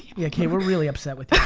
yeah kate, we're really upset with